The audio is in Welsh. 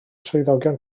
swyddogion